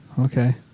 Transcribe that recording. Okay